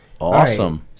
awesome